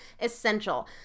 essential